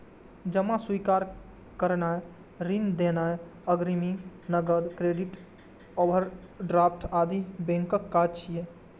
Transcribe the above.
जमा स्वीकार करनाय, ऋण देनाय, अग्रिम, नकद, क्रेडिट, ओवरड्राफ्ट आदि बैंकक काज छियै